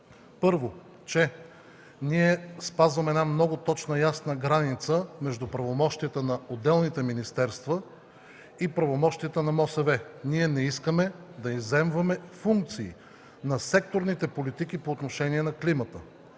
Първо, че ние спазваме една много точна и ясна граница между правомощията на отделните министерства и правомощията на МОСВ. Ние не искаме да изземваме функции на секторните политики по отношение на климата.